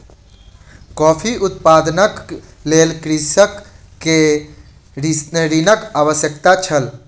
coffee उत्पादनक लेल कृषक के ऋणक आवश्यकता छल